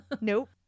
Nope